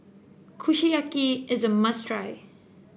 Kushiyaki is a must try